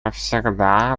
всегда